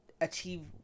achieve